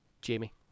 Jamie